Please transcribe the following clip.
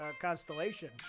Constellation